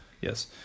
yes